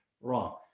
wrong